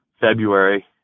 February